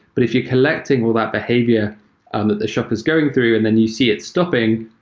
but if you're collecting all that behavior um that the shop is going through and then you see it stopping,